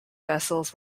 vessels